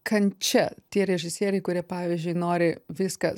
kančia tie režisieriai kurie pavyzdžiui nori viską